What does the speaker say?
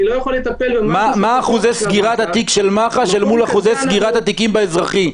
מה אחוזי סגירת התיק של מח"ש אל מול אחוזי סגירת התיקים באזרחי?